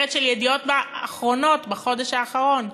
הכותרת של "ידיעות אחרונות" בחודש האחרון: